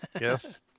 Yes